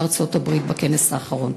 בארצות-הברית בכנס האחרון,